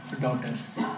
daughters